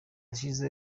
ashize